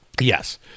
Yes